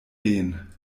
gehen